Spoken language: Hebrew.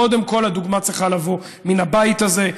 קודם כול, הדוגמה צריכה לבוא מן הבית הזה.